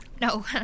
No